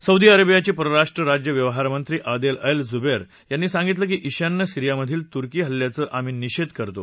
Saudi अरबियाचे परराष्ट्र राज्य व्यवहारमंत्री आदेल अल जुबैर यांनी सांगितलं की ईशान्य सिरियामधील तुर्की हल्ल्याचं आम्ही निषेध करतो